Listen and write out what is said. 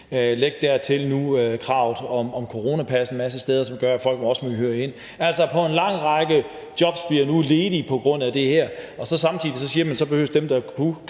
Læg dertil kravet om coronapas en masse steder, som gør, at der også må hyres folk ind. Altså, en lang række jobs bliver nu ledige på grund af det her. Samtidig siger man, at dem, der kunne